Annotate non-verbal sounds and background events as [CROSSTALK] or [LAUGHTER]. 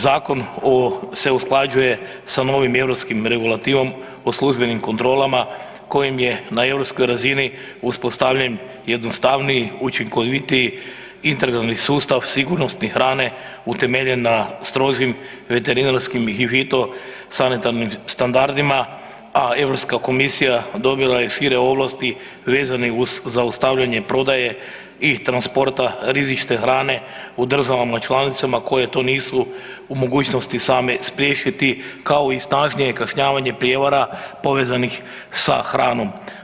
Zakon se usklađuje sa novom europskom regulativom o službenim kontrolama kojim je na europskoj razini uspostavljen jednostavniji, učinkovitiji, integralni sustav sigurnosti hrane utemeljen na strožim veterinarskim i ... [UNINTELLIGIBLE] sanitarnim standardima a Europska komisija dobila je šire ovlasti vezane uz zaustavljanje prodaje i transporta rizične hrane u državama članicama koje to nisu u mogućnosti same spriječiti kao i snažnije kažnjavanje prijevara povezanih sa hranom.